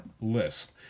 list